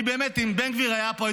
אם בן גביר היה פה,